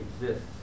exists